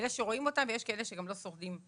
אלה שרואים אותם, ויש כאלה שגם לא שורדים.